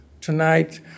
tonight